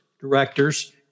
directors